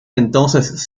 entonces